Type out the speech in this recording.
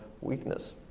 weakness